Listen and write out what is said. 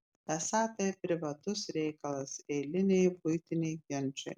esą tai privatus reikalas eiliniai buitiniai ginčai